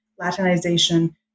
Latinization